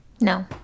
No